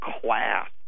class